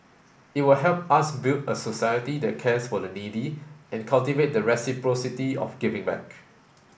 it will help us build a society that cares for the needy and cultivate the reciprocity of giving back